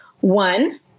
One